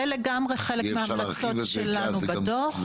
זה חלק מההמלצות שלנו בדוח.